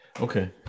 Okay